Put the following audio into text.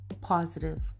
positive